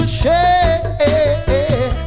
share